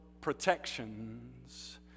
protections